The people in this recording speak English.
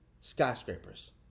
skyscrapers